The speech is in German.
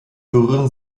berühren